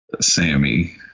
Sammy